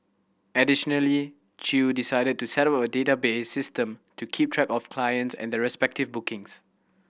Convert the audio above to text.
additionally Chew decided to settle a database system to keep track of clients and their respective bookings